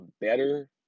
better